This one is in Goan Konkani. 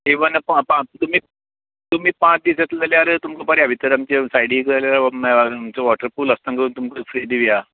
इवन प पा तुमी तुमी पांच दीस जर जाता जाल्यार तुमकां बरें भितर आमचें सायडीक जाय जाल्यार आमचो वॉटर पूल आसा तुमकां फ्रि दिवया